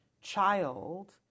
child